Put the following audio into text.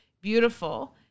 beautiful